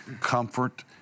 comfort